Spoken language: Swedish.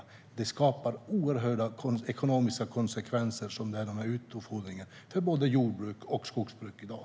Denna utfodring skapar oerhört stora ekonomiska konsekvenser för både jordbruk och skogsbruk i dag.